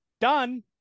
Done